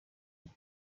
ond